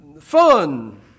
fun